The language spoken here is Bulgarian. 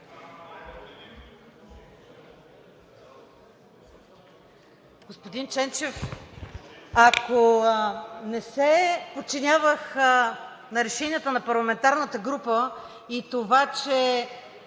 ако не се подчинявах на решенията на парламентарната група, и това, че